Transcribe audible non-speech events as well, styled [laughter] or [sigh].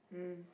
[breath]